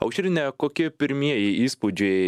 aušrine kokie pirmieji įspūdžiai